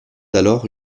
alors